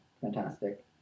fantastic